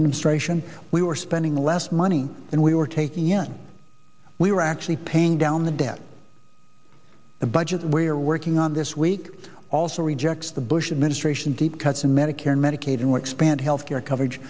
administration we were spending less money than we were taking in we were actually paying down the debt the budget we are working on this week also rejects the bush administration deep cuts in medicare medicaid and expand health care coverage